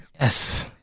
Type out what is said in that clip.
Yes